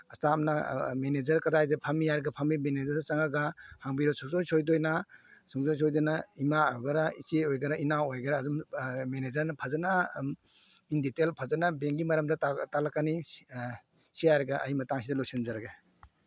ꯏꯁꯇꯥꯞꯅ manager ꯀꯗꯥꯏꯗ ꯐꯝꯃꯤ ꯍꯥꯏꯔꯒ ꯐꯝꯃꯤ ꯃꯦꯅꯦꯖꯔꯗꯨꯗ ꯆꯪꯉꯒ ꯍꯪꯕꯤꯔ ꯁꯨꯡꯁꯣꯏ ꯁꯣꯏꯗꯅ ꯁꯨꯡꯁꯣꯏ ꯁꯣꯏꯗꯅ ꯏꯃꯥ ꯑꯣꯏꯒꯦꯔꯥ ꯏꯆꯦ ꯑꯣꯏꯒꯦꯔꯥ ꯏꯅꯥꯎ ꯑꯣꯏꯒꯦꯔꯥ ꯑꯗꯨꯝ ꯃꯦꯅꯦꯖꯔꯅ ꯐꯖꯅ ꯏꯟ ꯗꯤꯇꯦꯜ ꯐꯖꯅ ꯕꯦꯡꯒꯤ ꯃꯔꯝꯗ ꯇꯥꯛꯂꯛꯀꯅꯤ ꯁꯤ ꯍꯥꯏꯔꯒ ꯑꯩ ꯃꯇꯥꯡꯁꯤꯗ ꯂꯣꯏꯁꯤꯟꯖꯔꯒꯦ